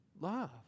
love